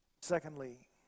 Secondly